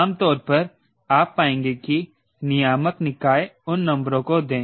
आम तौर पर आप पाएंगे कि नियामक निकाय उन नंबरों को दे